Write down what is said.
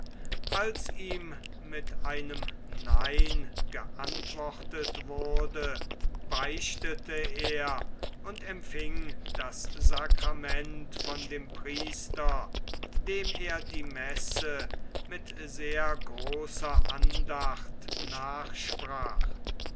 als ihm mit nein geantwortet wurde beichtete er und empfing das sacrament von dem priester dem er die messe mit sehr großer andacht